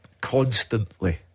constantly